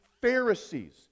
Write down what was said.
pharisees